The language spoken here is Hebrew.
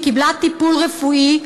היא קיבלה טיפול רפואי.